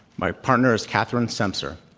my partner is catherine semcer.